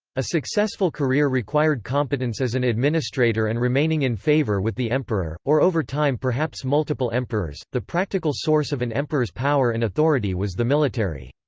a successful career required competence as an administrator and remaining in favour with the emperor, or over time perhaps multiple emperors the practical source of an emperor's power and authority was the military.